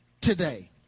today